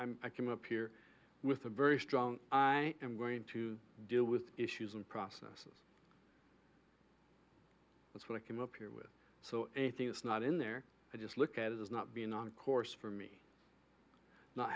i'm i came up here with a very strong i am going to deal with issues and process that's what i came up here with so anything it's not in there i just look at it as not being on course for me not